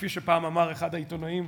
כפי שפעם אמר אחד העיתונאים,